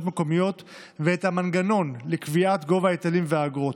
מקומיות ואת המנגנון לקביעת גובה ההיטלים והאגרות.